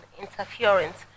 interference